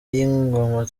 y’ingoma